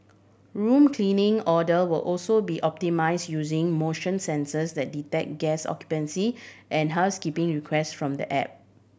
room cleaning order will also be optimise using motion sensors that detect guest occupancy and housekeeping request from the app